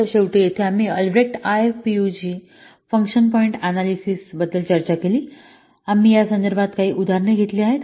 तर शेवटी येथे आम्ही Albrecht IFPUG function point analysis बद्दल चर्चा केली आम्ही यासंदर्भात काही उदाहरणे घेतली आहेत